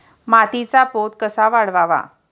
मातीचा पोत कसा वाढवावा?